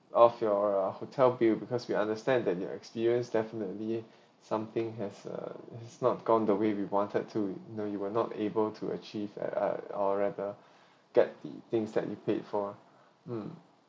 of your hotel bill because we understand that you experienced definitely something has uh it's not gone the way we wanted to we know you were not able to achieve uh or rather get the things that you paid for mm